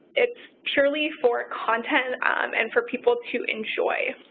it's purely for content and for people to enjoy.